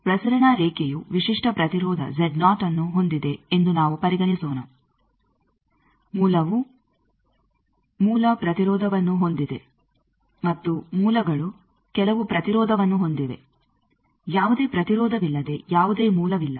ಪ್ರಸರಣ ರೇಖೆಯು ವಿಶಿಷ್ಟ ಪ್ರತಿರೋಧ ಅನ್ನು ಹೊಂದಿದೆ ಎಂದು ನಾವು ಪರಿಗಣಿಸೋಣ ಮೂಲವು ಮೂಲ ಪ್ರತಿರೋಧವನ್ನು ಹೊಂದಿದೆ ಮತ್ತು ಮೂಲಗಳು ಕೆಲವು ಪ್ರತಿರೋಧವನ್ನು ಹೊಂದಿವೆ ಯಾವುದೇ ಪ್ರತಿರೋಧವಿಲ್ಲದೆ ಯಾವುದೇ ಮೂಲವಿಲ್ಲ